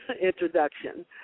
introduction